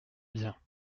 bien